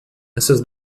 essas